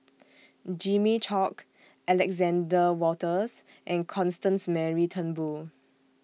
Jimmy Chok Alexander Wolters and Constance Mary Turnbull